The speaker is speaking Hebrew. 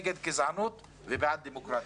נגד גזענות ובעד דמוקרטיה.